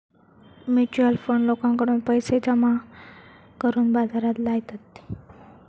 mutual fund लोकांकडून पैशे जमा करून बाजारात लायतत